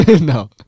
No